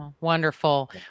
Wonderful